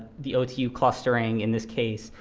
the otu clustering, in this case,